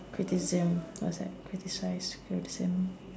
criticism what's that criticise criticism